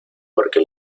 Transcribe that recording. porque